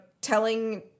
telling